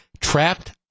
Trapped